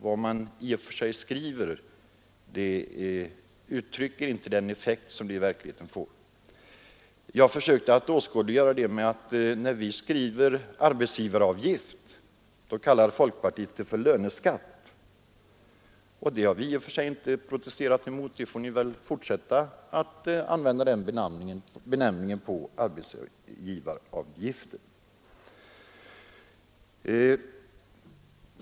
Vad man i och för sig skriver uttrycker inte den effekt som man i verkligheten når. Jag försökte att åskådliggöra detta med ett exempel: När vi skriver arbetsgivaravgift, så kallar folkpartiet det för löneskatt. Det har vi inte protesterat emot. Ni får väl fortsätta att använda den benämningen på arbetsgivaravgiften.